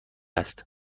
است